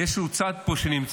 יש איזה צד פה שנמצא,